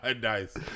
Nice